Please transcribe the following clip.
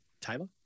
taylor